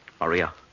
Maria